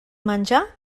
menjar